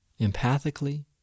empathically